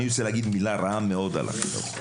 אני רוצה להגיד מילה רעה מאוד על החינוך.